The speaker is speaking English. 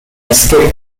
escape